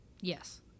Yes